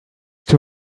too